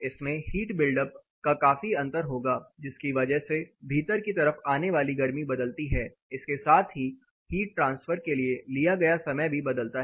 इसमें heat build up का काफी अंतर होगा जिसकी वजह से भीतर की तरफ आने वाली गर्मी बदलती है इसके साथ ही हीट ट्रांसफर के लिए लिया गया समय भी बदलता है